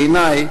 בעיני,